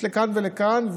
יש לכאן ולכאן.